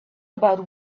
about